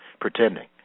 pretending